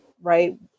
right